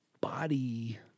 body